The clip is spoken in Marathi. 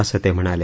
असं ते म्हणाले